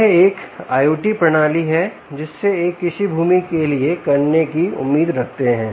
यह एक IoT प्रणाली है जिससे एक कृषि भूमि के लिए करने की उम्मीद रखते हैं